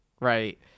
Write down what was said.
right